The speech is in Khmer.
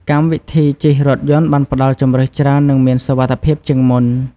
កម្មវិធីជិះរថយន្តបានផ្តល់ជម្រើសច្រើននិងមានសុវត្ថិភាពជាងមុន។